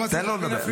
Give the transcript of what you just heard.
תן ל לדבר.